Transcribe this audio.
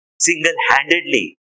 Single-handedly